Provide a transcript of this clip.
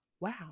Wow